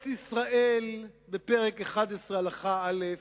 פרק י"א, הלכה א':